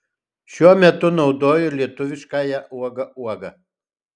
šiuo metu naudoju lietuviškąją uoga uoga